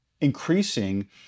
increasing